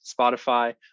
Spotify